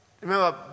remember